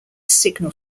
signal